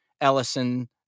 Ellison